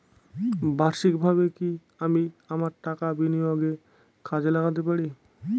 বার্ষিকভাবে কি আমি আমার টাকা বিনিয়োগে কাজে লাগাতে পারি?